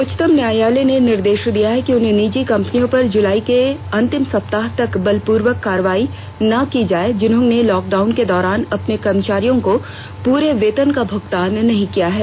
उच्चतम न्यायालय ने निर्देश दिया है कि उन निजी कम्पनियों पर जुलाई के अंतिम सप्ताह तक बलपूर्वक कार्रवाई न की जाए जिन्होंने लॉकडाउन के दौरान अपने कर्मचारियों को पूरे वेतन का भुगतान नहीं किया है